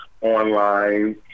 online